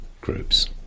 groups